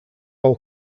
all